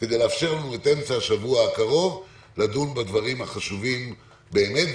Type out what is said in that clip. כדי לאפשר לנו את אמצע השבוע הקרוב לדון בדברים החשובים באמת.